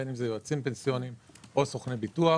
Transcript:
בין אם אלה יועצים פנסיוניים או סוכני ביטוח.